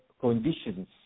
conditions